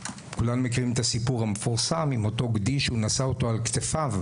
כולנו מכירים את הסיפור המפורסם עם אותו גדי שהוא נשא על כתפיו,